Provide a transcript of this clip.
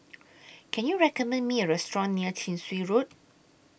Can YOU recommend Me A Restaurant near Chin Swee Road